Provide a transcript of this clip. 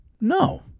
no